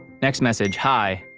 next message, hi,